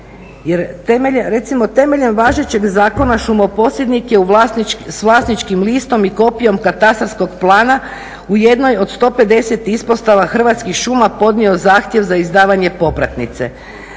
temeljem važećeg zakona šumoposjednik je s vlasničkim listom i kopijom katastarskog plana u jednoj od 150 ispostava Hrvatskih šuma podnio zahtjev za izdavanje popratnice,